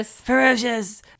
Ferocious